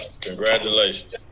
Congratulations